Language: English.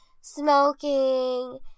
smoking